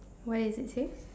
what is it say